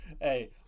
Hey